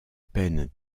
peine